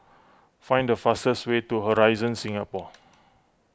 find the fastest way to Horizon Singapore